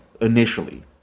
initially